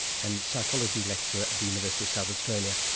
and psychology lecturer at the university of south australia,